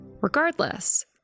Regardless